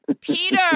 Peter